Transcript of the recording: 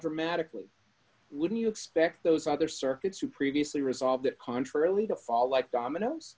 dramatically wouldn't you expect those other circuits who previously resolved that contrarily to fall like dominoes